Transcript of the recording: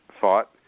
fought